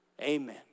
Amen